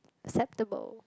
acceptable